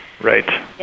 Right